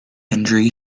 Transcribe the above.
injury